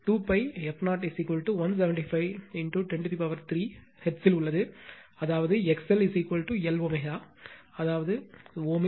2π f0 175 103 ஹெர்ட்ஸில் உள்ளது அதாவது XLLω அதாவது Ω